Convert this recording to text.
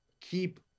keep